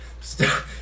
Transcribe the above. Stop